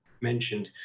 mentioned